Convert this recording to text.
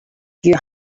you